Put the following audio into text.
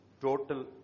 total